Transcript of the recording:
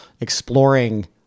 exploring